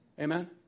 Amen